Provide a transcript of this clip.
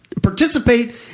participate